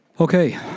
Okay